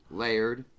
layered